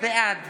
בעד